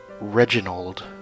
Reginald